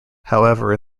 however